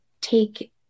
take